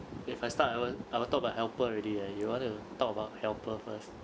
if I start I will I will talk about helper already and you want to talk about helper first